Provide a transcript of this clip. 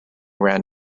ran